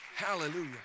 Hallelujah